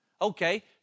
Okay